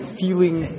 feeling